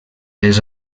les